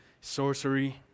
sorcery